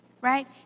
right